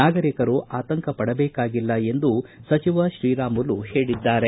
ನಾಗರಿಕರು ಆತಂಕ ಪಡಬೇಕಾಗಿಲ್ಲ ಎಂದು ಸಚಿವ ಶ್ರೀರಾಮುಲು ಹೇಳಿದ್ದಾರೆ